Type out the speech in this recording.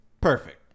Perfect